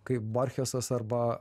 kaip borchesas arba